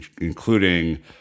including